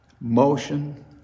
motion